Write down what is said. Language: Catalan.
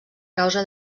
causa